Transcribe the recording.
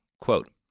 Quote